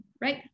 Right